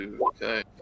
okay